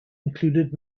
included